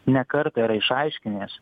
ne kartą yra išaiškinęs